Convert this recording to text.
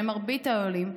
שהם מרבית העולים,